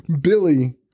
Billy